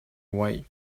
white